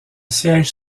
siège